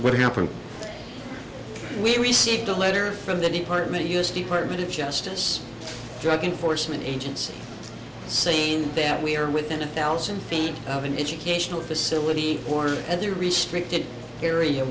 and we received a letter from the department u s department of justice drug enforcement agency saying that we are within a thousand feet of an educational facility or other restricted area